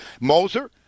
Moser